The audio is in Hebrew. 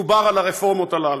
דובר על הרפורמות האלה.